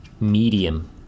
medium